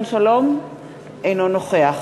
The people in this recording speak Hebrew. אינו נוכח